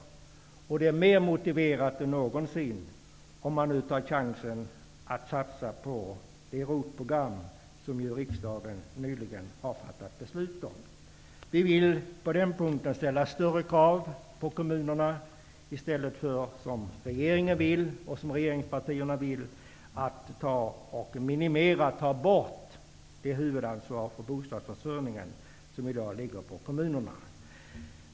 Detta är mer motiverat nu än någonsin, om man nu tar chansen att satsa på det ROT-program som riksdagen nyligen har haft att besluta om. Vi vill på den punkten ställa större krav på kommunerna i stället för att, som regeringen och regeringspartierna vill, ta bort det huvudansvar för bostadsförsörjningen som i dag ligger på kommunerna.